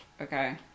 okay